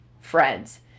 friends